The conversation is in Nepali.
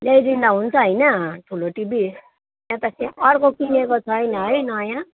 ल्याइदिँदै हुन्छ होइन ठुलो टिभी त्यहाँ त अर्को किनेको छैन है नयाँ